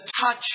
touch